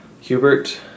Hubert